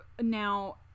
Now